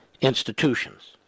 institutions